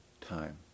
time